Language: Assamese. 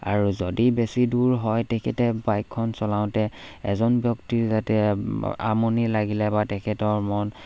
আৰু যদি বেছি দূৰ হয় তেখেতে বাইকখন চলাওঁতে এজন ব্যক্তি যাতে আমনি লাগিলে বা তেখেতৰ মন